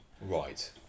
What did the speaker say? Right